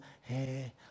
hey